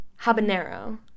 Habanero